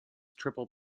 triple